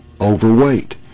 overweight